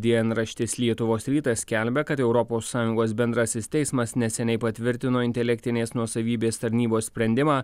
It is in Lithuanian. dienraštis lietuvos rytas skelbia kad europos sąjungos bendrasis teismas neseniai patvirtino intelektinės nuosavybės tarnybos sprendimą